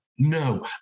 No